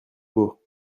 beau